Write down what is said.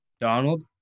Donald